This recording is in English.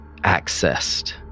accessed